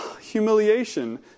humiliation